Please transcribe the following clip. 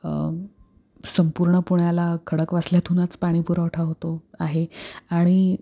संपूर्ण पुण्याला खडकवासल्यातूनच पाणी पुरवठा होतो आहे आणि